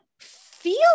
feel